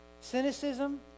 Cynicism